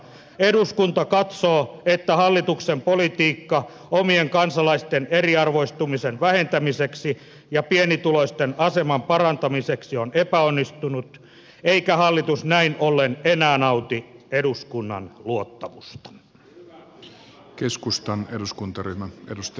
eduskunta katsoo että hallituksen politiikka omien kansalaisten eriarvoistumisen vähentämiseksi ja pienituloisten aseman parantamiseksi on epäonnistunut eikä hallitus näin ollen enää nauti eduskunnan luottamusta